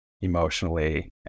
emotionally